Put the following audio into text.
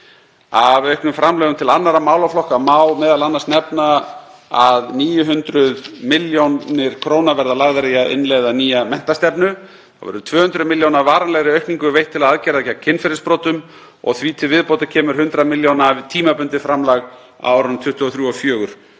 Af auknum framlögum til annarra málaflokka má m.a. nefna að 900 millj. kr. verða lagðar í að innleiða nýja menntastefnu. Þá verður 200 milljóna kr. varanlegri aukningu veitt til aðgerða gegn kynferðisbrotum og því til viðbótar kemur 100 millj. kr. tímabundið framlag á árunum 2023 og 2024